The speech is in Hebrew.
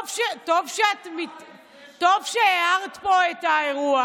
טוב שהערת פה על האירוע,